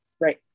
right